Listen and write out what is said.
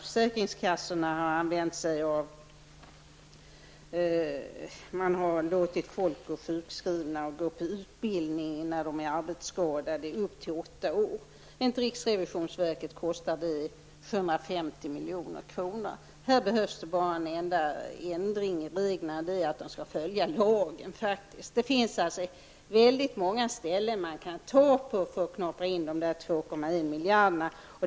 Försäkringskassorna har låtit folk gå sjukskrivna eller gå på utbildning när de är arbetsskadade i upp till åtta år. Enligt riksrevisionsverket kostar det 750 milj.kr. Här behövs det bara en enda ändring av reglerna, nämligen att de skall följa lagen. Det finns många ställen där man kan knapra in dessa 2,1 miljarder.